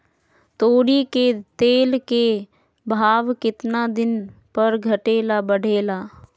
तोरी के तेल के भाव केतना दिन पर घटे ला बढ़े ला?